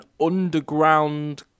underground